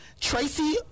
Tracy